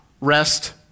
rest